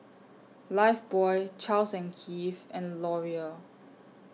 Lifebuoy Charles and Keith and Laurier